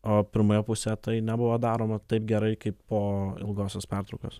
o pirmoje pusėje tai nebuvo daroma taip gerai kaip po ilgosios pertraukos